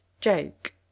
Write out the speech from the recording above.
joke